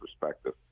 perspective